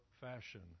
fashion